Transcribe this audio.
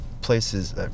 places